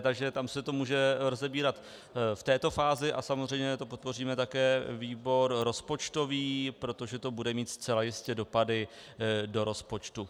Takže se to může rozebírat v této fázi a samozřejmě podpoříme také výbor rozpočtový, protože to bude mít zcela jistě dopady do rozpočtu.